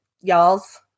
y'all's